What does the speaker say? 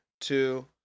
two